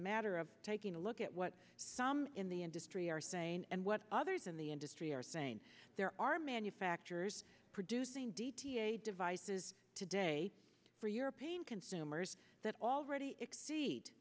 matter of taking a look at what some in the industry are saying and what others in the industry are saying there are manufacturers producing d t a devices today for european consumers that already exceed